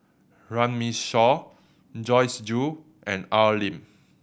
Runme Shaw Joyce Jue and Al Lim